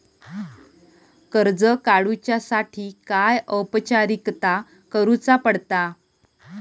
कर्ज काडुच्यासाठी काय औपचारिकता करुचा पडता?